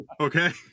okay